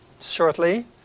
shortly